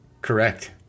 Correct